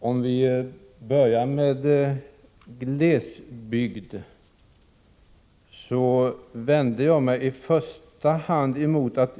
Herr talman! Låt mig börja med glesbygden.